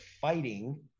fighting